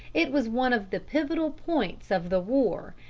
it was one of the pivotal points of the war,